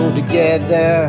together